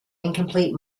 incomplete